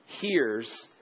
hears